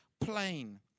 plain